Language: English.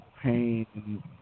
pain